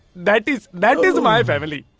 that is that is my family.